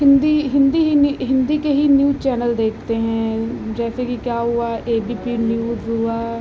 हिन्दी हिन्दी हिन्दी के ही news channel देखते हैं जैसे कि क्या हुआ ए बी पी न्यूज़ हुआ